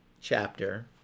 chapter